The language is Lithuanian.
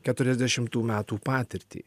keturiasdešimų metų patirtį